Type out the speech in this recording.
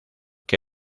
que